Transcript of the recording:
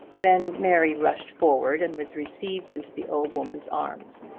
then mary rushed forward and was received into the old woman's arms.